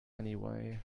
anyway